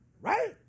right